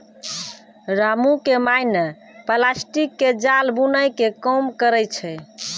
रामू के माय नॅ प्लास्टिक के जाल बूनै के काम करै छै